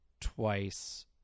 twice